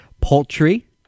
Poultry